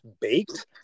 baked